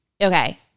okay